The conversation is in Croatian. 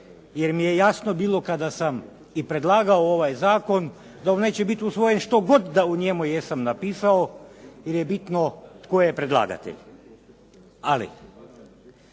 jer mi je jasno bilo i kada sam i predlagao ovaj zakon da on neće biti usvojen što god da u njemu jesam napisao, jer je bitno tko je predlagatelj. Ali